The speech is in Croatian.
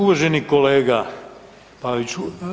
Uvaženi kolega Paviću.